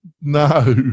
No